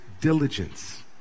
diligence